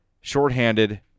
shorthanded